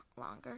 longer